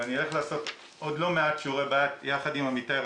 אני הולך לעשות לא מעט שיעורי בית יחד עם עמיתיי,